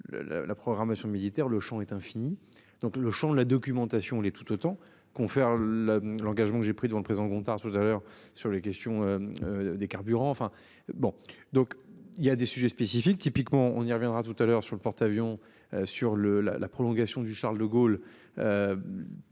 la programmation militaire le Champ est infinie. Donc le Champ de la documentation l'est tout autant qu'on fait le, l'engagement que j'ai pris devant le président Gontard tout à l'heure sur les questions. Des carburants enfin bon donc il y a des sujets spécifiques. Typiquement, on y reviendra tout à l'heure sur le porte-avions sur le la la prolongation du Charles-de-Gaulle.